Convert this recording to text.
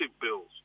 bills